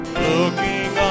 looking